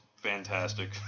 fantastic